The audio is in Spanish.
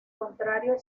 contrario